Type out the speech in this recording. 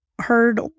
Heard